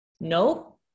Nope